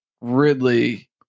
Ridley